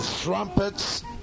trumpets